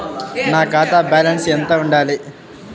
నా ఖాతా బ్యాలెన్స్ ఎంత ఉండాలి?